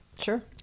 Sure